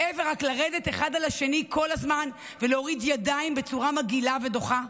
מעבר לרק לרדת אחד על השני כל הזמן ולהוריד ידיים בצורה מגעילה ודוחה?